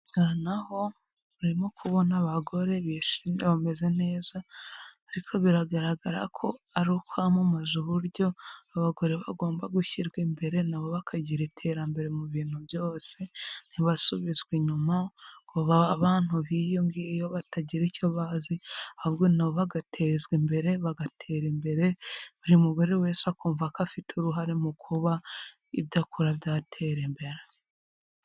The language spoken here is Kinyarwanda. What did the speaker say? Aha naho urimo kubona abagore bishimye bameze neza! ariko biragaragara ko arikwamamaza uburyo abagore bagomba gushyirwa imbere, nabo bakagira iterambere mu bintu byose. Ntibasubizwe inyuma, Ngo babe abantu b`iyong` iyo batagira icyo bazi. Ahubwo nabo bagatezwe imbere, bagatera imbere. buri mugore wese akumva ko afite uruhare mu kuba ibyo akora byatera imbere!.